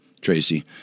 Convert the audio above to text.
Tracy